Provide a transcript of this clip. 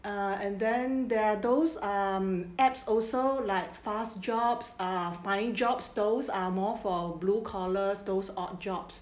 and then there are those um apps also like fast jobs uh finding jobs those are more for blue collar those odd jobs